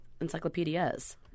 encyclopedias